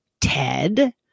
Ted